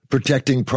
Protecting